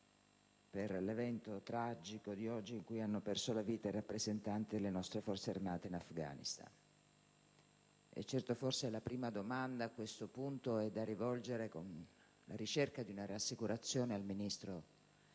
per l'evento tragico di oggi in cui hanno perso la vita rappresentanti delle nostre Forze armate in Afghanistan. Forse la prima domanda a questo punto da rivolgere, con la ricerca di una rassicurazione, al ministro